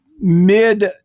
Mid-